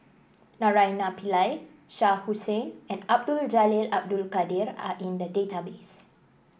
Naraina Pillai Shah Hussain and Abdul Jalil Abdul Kadir are in the database